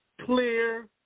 clear